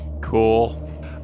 Cool